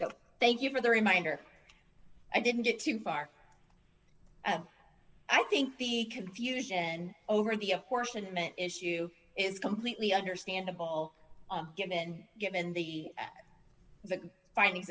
but thank you for the reminder i didn't get too far and i think the confusion over the aforesaid meant issue is completely understandable given given the the finding